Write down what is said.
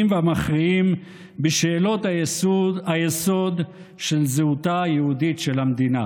והמכריעים בשאלות היסוד של זהותה היהודית של המדינה.